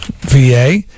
VA